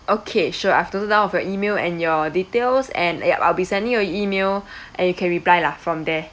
okay sure I've noted down of your email and your details and yup I'll be sending you a email and you can reply lah from there